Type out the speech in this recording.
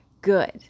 good